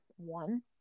one